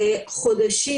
חודשים,